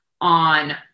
on